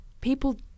people